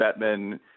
Bettman